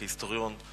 כהיסטוריון,